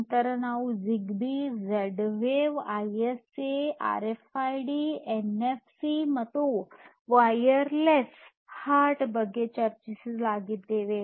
ನಂತರ ನಾವು Zigbee Z wave ISA R F I D NFC ಮತ್ತು wireless H A R T ಬಗ್ಗೆ ಚರ್ಚಿಸಿದ್ದೇವೆ